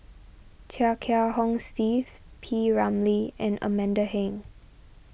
Chia Kiah Hong Steve P Ramlee and Amanda Heng